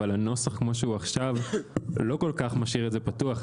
אבל הנוסח כמו שהוא עכשיו לא כל כך משאיר את זה פתוח.